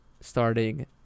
starting